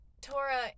Tora